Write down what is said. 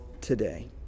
today